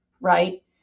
right